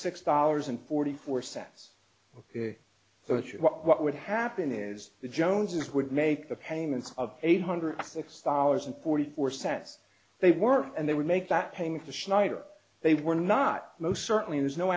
six dollars and forty four cents so what would happen is the joneses would make the payments of eight hundred dollars and forty four cents they were and they would make that payment to schneider they were not most certainly there's no